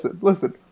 listen